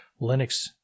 Linux